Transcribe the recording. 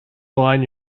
align